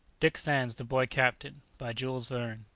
dick sands the boy captain. by jules verne.